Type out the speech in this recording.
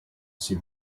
see